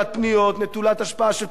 נטולת השפעה של פוליטיקאים,